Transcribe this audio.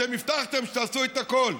אתם הבטחתם שתעשו את הכול.